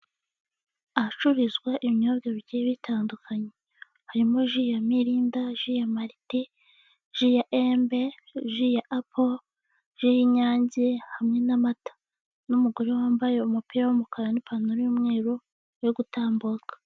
Ahacururizwa ibinyobwa bigiye bitandukanye harimo ji ya milinda, ji ya malite, ji ya embe, ji ya apo, ji y'inyange hamwe n'amata n'umugore wambaye umupira w'umukara n'ipantaro y'umweru uri gutambuka.